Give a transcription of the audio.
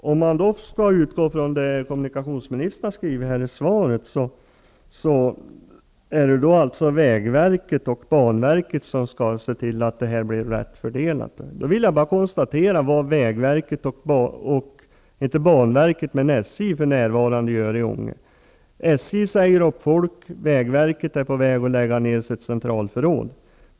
Fru talman! Om man utgår ifrån vad kommunikationsministern har skrivit i svaret är det vägverket och banverket som skall se till att det blir en riktig fördelning. Då vill jag bara konstatera vad SJ för närvarande gör i Ånge. SJ säger upp folk, och vägverket är på väg att lägga ned sitt centralförråd.